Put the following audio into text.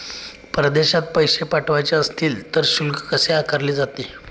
परदेशात पैसे पाठवायचे असतील तर शुल्क कसे आकारले जाते?